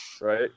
Right